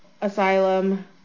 Asylum